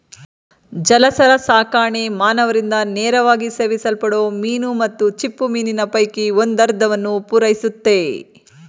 ಜಲಚರಸಾಕಣೆ ಮಾನವರಿಂದ ನೇರವಾಗಿ ಸೇವಿಸಲ್ಪಡೋ ಮೀನು ಮತ್ತು ಚಿಪ್ಪುಮೀನಿನ ಪೈಕಿ ಒಂದರ್ಧವನ್ನು ಪೂರೈಸುತ್ತೆ